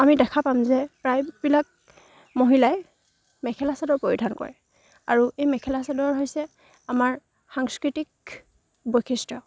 আমি দেখা পাম যে প্ৰায়বিলাক মহিলাই মেখেলা চাদৰ পৰিধান কৰে আৰু এই মেখেলা চাদৰ হৈছে আমাৰ সাংস্কৃতিক বৈশিষ্ট্য